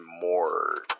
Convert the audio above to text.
more